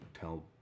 tell